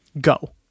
Go